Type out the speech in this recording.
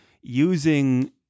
using